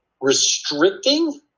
Restricting